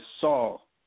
Saul